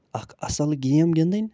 اکھ اَصل گٮ۪م گِندٕنۍ